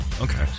Okay